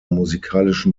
musikalischen